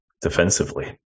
defensively